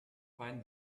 find